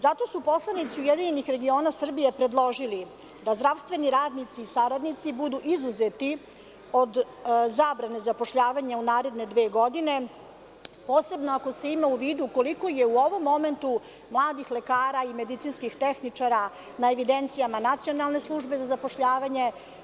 Zato su poslanici URS predložili da zdravstveni radnici i saradnici budu izuzeti od zabrane zapošljavanja u naredne dve godine, posebno ako se ima u vidu koliko je u ovom momentu mladih lekara i medicinskih tehničara na evidencijama Nacionalne službe za zapošljavanje.